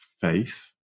faith